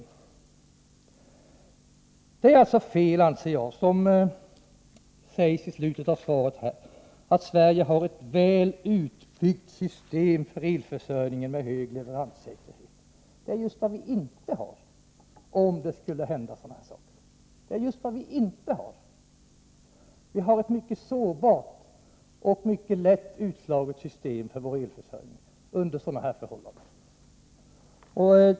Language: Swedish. Jag anser att det är fel att säga, som statsrådet gör i slutet av svaret, att Sverige har ett väl utbyggt system för elförsörjningen och en hög leveranssäkerhet. Det är just vad vi inte har. Vi har ett system för vår elförsörjning som under sådana här förhållanden är mycket sårbart och som mycket lätt kan slås ut.